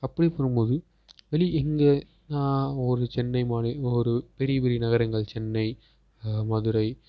அப்படி பெறும் போது வெளி எங்கள் ஒரு சென்னை மாதிரி ஒரு பெரிய பெரிய நகரங்கள் சென்னை மதுரை